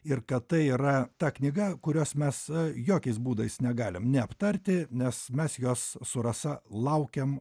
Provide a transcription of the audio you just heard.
ir kad tai yra ta knyga kurios mes jokiais būdais negalim neaptarti nes mes juos su rasa laukėm